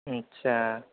आटसा